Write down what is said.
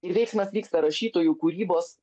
ir veiksmas vyksta rašytojų kūrybos